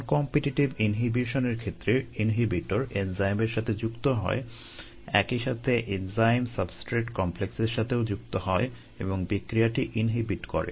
নন competitive ইনহিবিশনের ক্ষেত্রে inhibitor এনজাইমের সাথে যুক্ত হয় একই সাথে এনজাইম সাবস্ট্রেট কমপ্লেক্সের সাথেও যুক্ত হয় এবং বিক্রিয়াটি ইনহিবিট করে